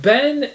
Ben